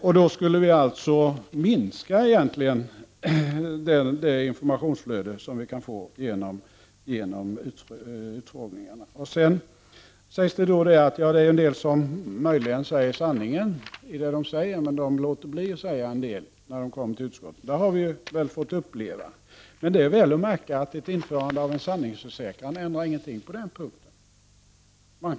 Genom införande av sanningsförsäkran skulle vi alltså minska det informationsflöde som vi kan få vid utskottsutfrågningarna. Det hävdas vidare att en del möjligen talar om sanningen i det de säger men undviker att säga allt när de utfrågas i utskottet. Det har vi fått uppleva. Men, väl att märka, ett införande av sanningsförsäkran ändrar inte något på den punkten.